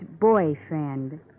boyfriend